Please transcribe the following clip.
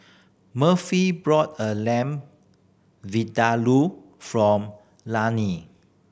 Murphy brought a Lamb Vindaloo from Lainey